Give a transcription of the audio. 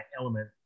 element